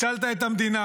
הצלת את המדינה.